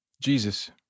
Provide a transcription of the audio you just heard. Jesus